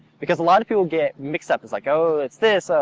because a lot of people get mixed up, it's like oh it's this,